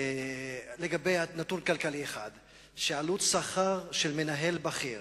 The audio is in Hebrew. לגבי נתון כלכלי אחד, עלות שכר של מנהל בכיר